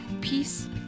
peace